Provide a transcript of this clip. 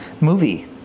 movie